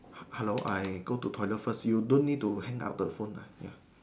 hello I go to toilet first you don't need to hang up the phone lah ya